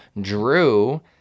Drew